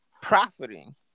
profiting